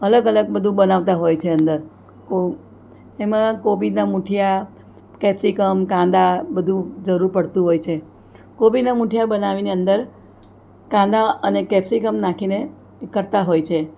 અલગ અલગ બધું બનાવતા હોય છે અંદર ઓ એમાં કોબીના મૂઠિયા કેપ્સિકમ કાંદા બધુ જરૂર પડતું હોય છે કોબીના મૂઠિયા બનાવીને અંદર કાંદા અને કેપ્સિકમ નાખીને એ કરતા હોય છે